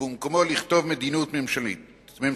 ובמקומו לכתוב "מדיניות ממשלתית".